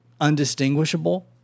undistinguishable